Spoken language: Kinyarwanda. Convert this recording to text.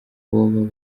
boba